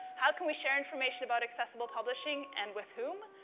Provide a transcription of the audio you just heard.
how can we share information about accessible publishing, and with whom?